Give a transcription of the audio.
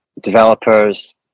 developers